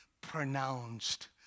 pronounced